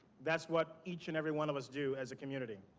that's what each and every one of us do as a community